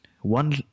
one